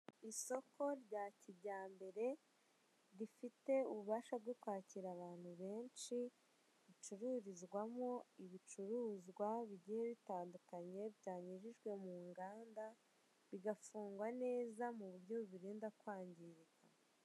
Isoko rya kijyambere rifite ububasha bwo kwakira abantu benshi, ricururizwamo ibicuruzwa bigiye bitandukanye byanyujijwe mu nganda, bigafungwa neza mu buryo bubirinda kwangirika.